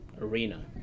arena